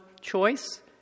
choice